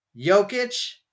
Jokic